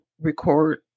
record